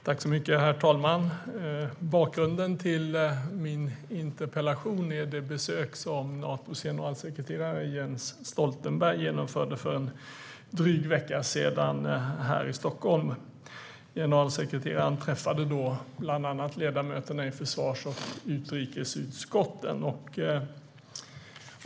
Herr talman! Bakgrunden till min interpellation är det besök här i Stockholm som Natos generalsekreterare Jens Stoltenberg genomförde för en dryg vecka sedan. Generalsekreteraren träffade då bland annat ledamöterna i försvars och utrikesutskotten.